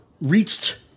reached